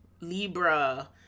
Libra